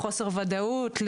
לחוסר וודאות,